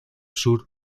sur